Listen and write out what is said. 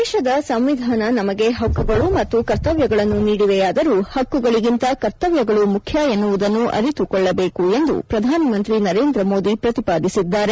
ದೇಶದ ಸಂವಿಧಾನ ನಮಗೆ ಹಕ್ಕುಗಳು ಮತ್ತು ಕರ್ತವ್ಯಗಳನ್ನು ನೀಡಿದೆಯಾದರೂ ಹಕ್ಕುಗಳಿಗಿಂತ ಕರ್ತವ್ಯಗಳು ಮುಖ್ಯ ಎನ್ನುವುದನ್ನು ಅರಿತುಕೊಳ್ಳಬೇಕು ಎಂದು ಪ್ರಧಾನಮಂತ್ರಿ ನರೇಂದ್ರ ಮೋದಿ ಪ್ರತಿಪಾದಿಸಿದ್ದಾರೆ